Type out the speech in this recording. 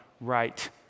right